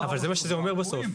אבל זה מה שזה אומר בסוף.